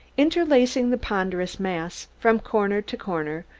interlacing the ponderous mass, from corner to corner,